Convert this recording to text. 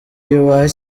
yubaha